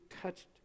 touched